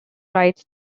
rights